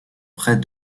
près